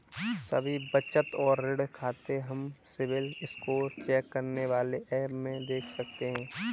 सभी बचत और ऋण खाते हम सिबिल स्कोर चेक करने वाले एप में देख सकते है